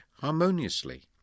harmoniously